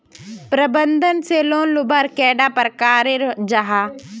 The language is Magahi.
प्रबंधन से लोन लुबार कैडा प्रकारेर जाहा?